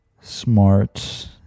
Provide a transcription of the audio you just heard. smart